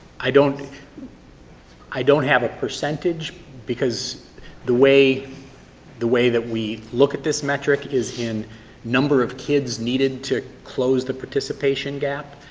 i don't i don't have a percentage because the way the way that we look at this metric is in number of kids needed to close the participation gap